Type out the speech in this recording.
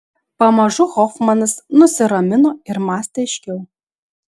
pamažu hofmanas nusiramino ir mąstė aiškiau